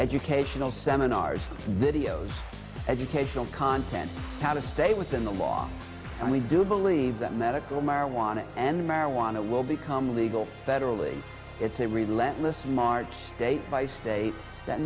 educational seminars videos educational content how to stay within the law and we do believe that medical marijuana and marijuana will become legal federally it's a really let list mark day by state that